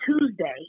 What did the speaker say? Tuesday